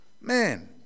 Man